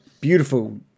Beautiful